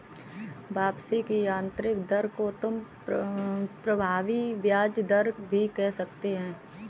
वापसी की आंतरिक दर को तुम प्रभावी ब्याज दर भी कह सकते हो